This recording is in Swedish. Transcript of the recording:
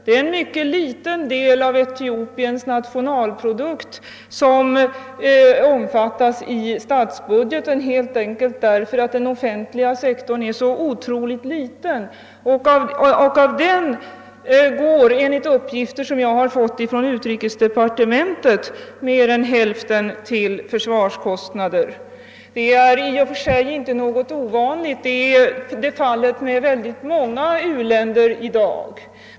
Det är en mycket liten del av Etiopiens nationalprodukt som omfattas i statsbudgeten, helt enkelt därför att den offentliga sektorn är så otroligt liten och av den går, enligt uppgifter som jag fått från utrikesdepartementet, mer än hälften till försvarskostnader. Det är i och för sig inte något ovanligt. Det är fallet med väldigt många u-länder i dag.